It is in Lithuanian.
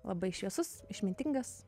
labai šviesus išmintingas